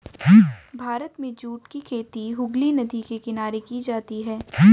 भारत में जूट की खेती हुगली नदी के किनारे की जाती है